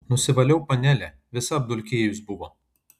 nusivaliau panelę visa apdulkėjus buvo